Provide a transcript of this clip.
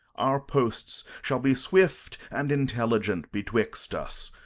our posts shall be swift and intelligent betwixt us.